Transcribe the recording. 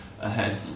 ahead